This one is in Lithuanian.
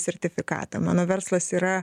sertifikatą mano verslas yra